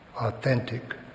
authentic